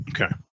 okay